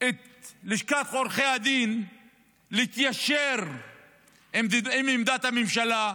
את לשכת עורכי הדין להתיישר עם עמדת הממשלה,